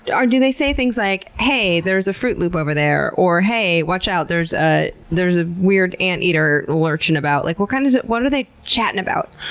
do they say things like, hey, there's a fruit loop over there, or hey, watch out, there's ah there's a weird anteater lurching about? like what kind of what are they chatting about?